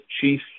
chief